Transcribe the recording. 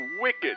wicked